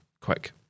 quick